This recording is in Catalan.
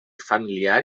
familiar